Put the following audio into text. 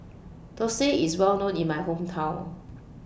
Thosai IS Well known in My Hometown